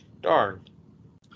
Darn